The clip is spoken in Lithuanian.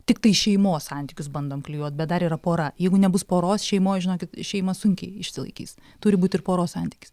tiktai šeimos santykius bandom klijuot bet dar yra pora jeigu nebus poros šeimoj žinokit šeima sunkiai išsilaikys turi būt ir poros santykis